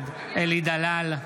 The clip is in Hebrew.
בעד אלי דלל,